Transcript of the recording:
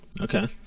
Okay